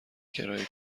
کرایه